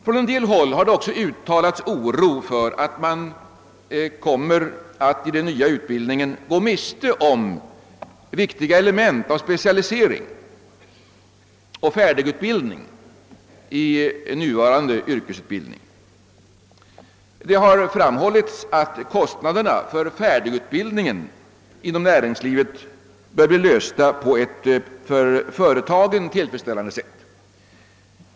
Från en del håll har oro också uttalats för att man i den nya utbildningen kommer att gå miste om viktiga element av specialisering och färdigutbildning i nuvarande yrkesutbildning. Det har framhållits att kostnadsproblemet för färdigutbildningen inom näringslivet bör bli löst på ett för företagen tillfredsställande sätt.